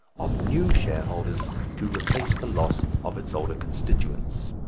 of new shareholders to replace the loss of its older constituents.